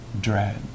dread